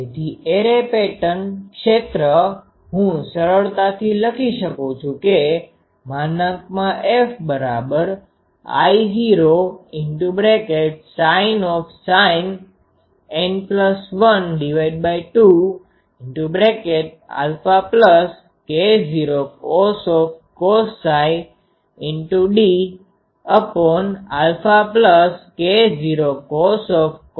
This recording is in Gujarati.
તેથી એરે ક્ષેત્ર પેટર્ન હું સરળતાથી લખી શકું છું કે FI૦sin N12αK૦cos d αK૦cos d2 છે